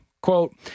Quote